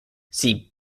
see